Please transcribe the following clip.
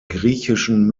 griechischen